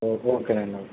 okay ఓకేనండి